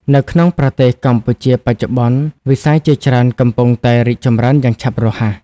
នៅក្នុងប្រទេសកម្ពុជាបច្ចុប្បន្ន វិស័យជាច្រើនកំពុងតែរីកចម្រើនយ៉ាងឆាប់រហ័ស។